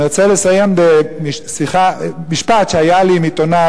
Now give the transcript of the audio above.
אני רוצה לסיים במשפט מעימות שהיה לי עם עיתונאי.